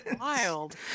wild